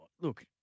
look